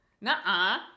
nah